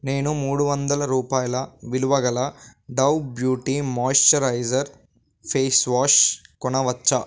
నేను మూడువందల రూపాయల విలువగల Dove beauty moisturiser face wash కొనవచ్చా